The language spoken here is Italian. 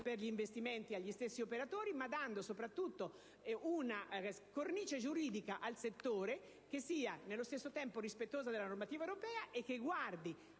per gli investimenti agli stessi operatori, ma soprattutto dando una cornice giuridica che sia nello stesso tempo rispettosa della normativa europea e che guardi